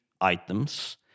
items